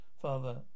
Father